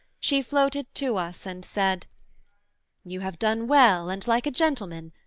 she floated to us and said you have done well and like a gentleman,